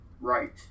right